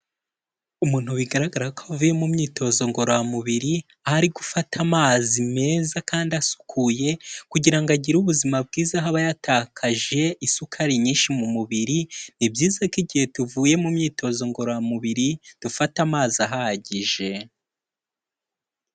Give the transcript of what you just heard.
Umuntu bigaragara ko avuye mu myitozo ngororamubiri, aho ari gufata amazi meza kandi asukuye. Kugira ngo agire ubuzima bwiza aho aba yatakaje isukari nyinshi mu mubiri, ni byiza ko igihe tuvuye mu myitozo ngororamubiri dufatate amazi ahagije.